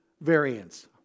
variants